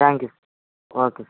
thank you okay sir